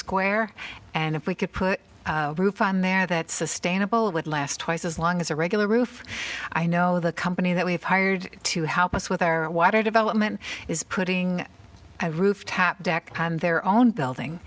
square and if we could put roof on there that sustainable would last twice as long as a regular roof i know the company that we have hired to help us with our water development is putting my roof top deck their own building